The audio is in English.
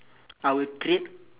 I would create